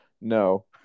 No